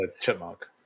chipmunk